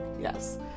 Yes